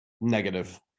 Negative